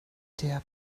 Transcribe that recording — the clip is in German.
der